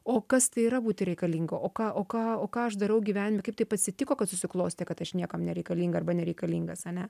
o kas tai yra būti reikalinga o ką o ką o ką aš darau gyvenime kaip taip atsitiko kad susiklostė kad aš niekam nereikalinga arba nereikalingas ane